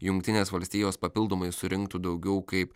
jungtinės valstijos papildomai surinktų daugiau kaip